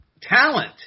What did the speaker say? talent